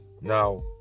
Now